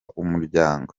umuryango